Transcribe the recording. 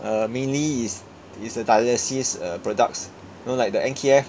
uh mainly is is a dialysis uh products you know like the N_K_F